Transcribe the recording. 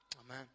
Amen